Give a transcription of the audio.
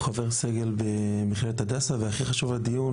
חבר סגל במכללת הדסה והכי חשוב לדיון,